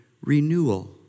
Renewal